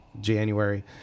January